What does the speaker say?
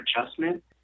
adjustment